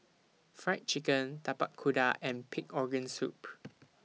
Fried Chicken Tapak Kuda and Pig Organ Soup